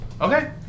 Okay